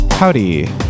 Howdy